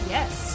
Yes